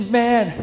man